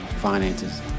finances